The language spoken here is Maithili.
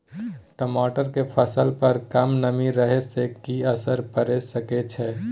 टमाटर के फसल पर कम नमी रहै से कि असर पैर सके छै?